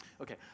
Okay